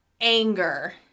Anger